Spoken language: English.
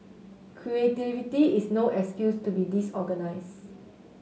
creativity is no excuse to be disorganised